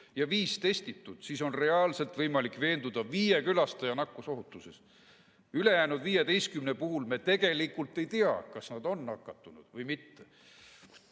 ja 5 testitud, siis on reaalselt võimalik veenduda 5 külastaja nakkusohutuses. Ülejäänud 15 puhul me tegelikult ei tea, kas nad on nakatunud või mitte.